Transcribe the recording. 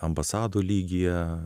ambasadų lygyje